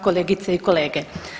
kolegice i kolege.